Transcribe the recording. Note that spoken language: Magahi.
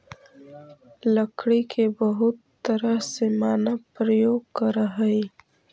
लकड़ी के बहुत तरह से मानव प्रयोग करऽ हइ